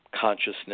consciousness